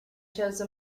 chose